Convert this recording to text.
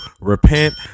repent